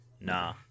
Nah